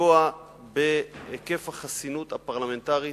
מלפגוע בהיקף החסינות הפרלמנטרית,